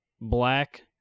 black